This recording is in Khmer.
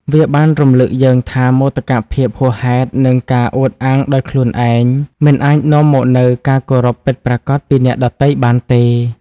វាបានរំលឹកយើងថា មោទកភាពហួសហេតុ និងការអួតអាងដោយខ្លួនឯងមិនអាចនាំមកនូវការគោរពពិតប្រាកដពីអ្នកដទៃបានទេ។